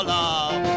love